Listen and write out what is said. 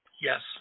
Yes